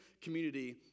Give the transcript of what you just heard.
community